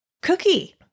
Cookie